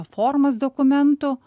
formas dokumentų